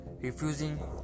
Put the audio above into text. refusing